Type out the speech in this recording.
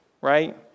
right